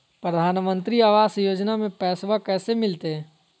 प्रधानमंत्री आवास योजना में पैसबा कैसे मिलते?